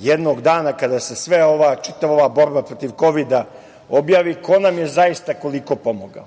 jednog dana kada se sve ova čitava ova borba protiv kovida objavi ko nam je zaista i koliko pomogao,